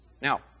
Now